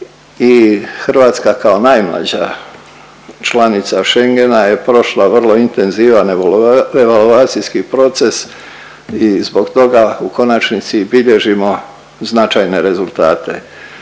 Hrvatska kao najmlađa članica Schengena je prošla vrlo intenzivan evaluacijski proces i zbog toga u konačnici i bilježimo značajne rezultate.